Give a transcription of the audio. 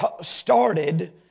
started